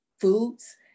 foods